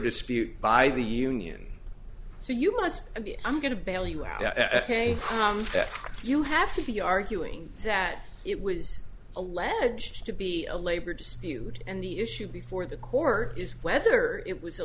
dispute by the union so you must be i'm going to bail you out that you have to be arguing that it was alleged to be a labor dispute and the issue before the court is whether it was a